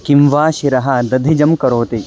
किं वा शिरः दधिजं करोति